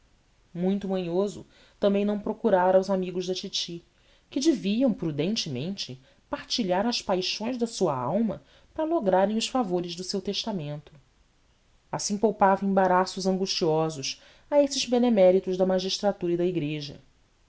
muito manhoso também não procurara os amigos da titi que deviam prudentemente partilhar as paixões da sua alma para lograrem os favores do seu testamento assim poupava embaraços angustiosos a esses beneméritos da magistratura e da igreja